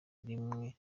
n’imwe